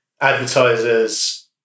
advertisers